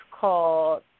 called